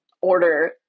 Order